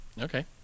Okay